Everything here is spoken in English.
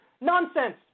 Nonsense